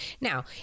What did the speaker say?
Now